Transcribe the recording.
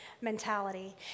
mentality